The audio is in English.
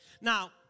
Now